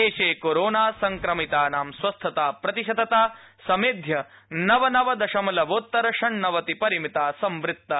देशे कोरोना संक्रमितानां स्वस्थताप्रतिशतता समेध्य नवनव दशमलवोत्तर षण्णवतिपरमिता संकृत्ता